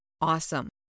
awesome